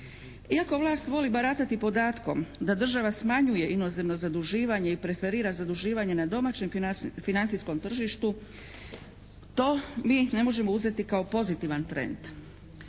Iako vlast voli baratati podatkom da država smanjuje inozemno zaduživanje i preferira zaduživanje na domaćem financijskom tržištu to mi ne možemo uzeti kao pozitivan trend.